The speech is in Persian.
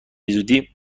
زودی